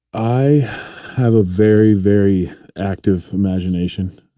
i have a very, very active imagination,